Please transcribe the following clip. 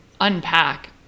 unpack